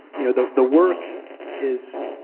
you know the the work is,